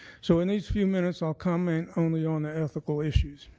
so in these few minutes i'll comment only on the ethical issues.